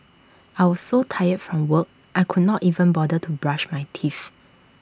I was so tired from work I could not even bother to brush my teeth